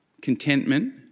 contentment